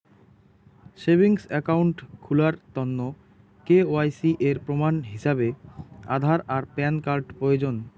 savings account খুলার তন্ন KYC এর প্রমাণ হিছাবে আধার আর প্যান কার্ড প্রয়োজন